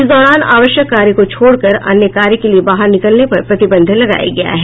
इस दौरान आवश्यक कार्य को छोड़कर अन्य कार्य के लिये बाहर निकलने पर प्रतिबंध लगाया गया है